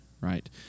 right